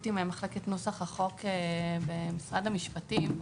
עם מחלקת נוסח החוק במשרד המשפטים,